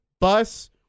bus